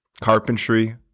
Carpentry